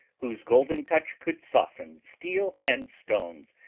whose golden touch could soften steel and stones,